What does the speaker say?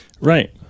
right